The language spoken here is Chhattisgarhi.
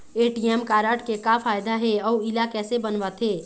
ए.टी.एम कारड के का फायदा हे अऊ इला कैसे बनवाथे?